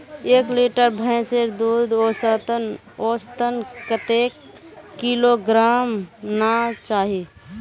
एक लीटर भैंसेर दूध औसतन कतेक किलोग्होराम ना चही?